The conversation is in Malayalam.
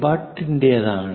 ഭട്ട് ന്റെതാണ്